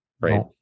right